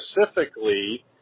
Specifically